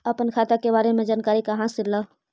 अपन खाता के बारे मे जानकारी कहा से ल?